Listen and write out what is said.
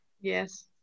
yes